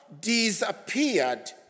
disappeared